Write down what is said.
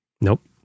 Nope